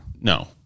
No